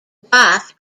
wife